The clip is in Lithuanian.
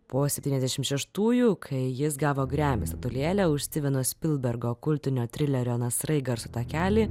po septyniasdešim šeštųjų kai jis gavo grammy statulėlę už stieveno spilbergo kultinio trilerio nasrai garso takelį